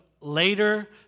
later